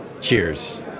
Cheers